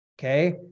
okay